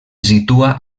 situa